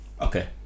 Okay